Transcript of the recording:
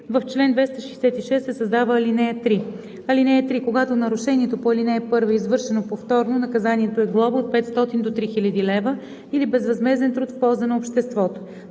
В чл. 266 се създава ал. 3: „(3) Когато нарушението по ал. 1 е извършено повторно, наказанието е глоба от 500 до 3000 лв. или безвъзмезден труд в полза на обществото“.